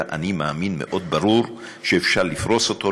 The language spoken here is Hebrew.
"אני מאמין" מאוד ברור שאפשר לפרוס אותו,